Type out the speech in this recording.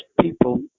people